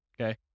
okay